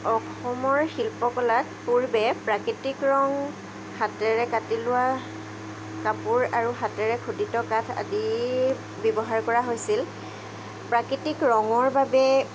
অসমৰ শিল্পকলাত পূৰ্বে প্ৰাকৃতিক ৰং হাতেৰে কাটি লোৱা কাপোৰ আৰু হাতেৰে খোদিত কাঠ আদি ব্যৱহাৰ কৰা হৈছিল প্ৰাকৃতিক ৰঙৰ বাবে